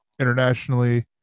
internationally